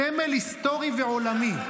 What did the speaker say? סמל היסטורי ועולמי.